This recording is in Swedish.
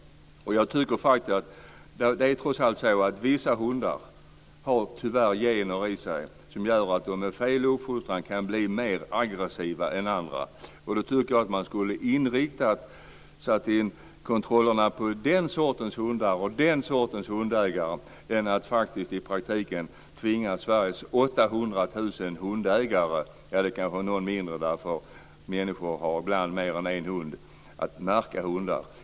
Vissa hundar har tyvärr gener i sig som gör att de med fel uppfostran kan bli mer aggressiva än andra. Då ska man inrikta kontrollerna på den sortens hundar och hundägare än att i praktiken tvinga Sveriges 800 000 hundägare - det kan vara något färre, människor äger ibland mer än en hund - att märka hundar.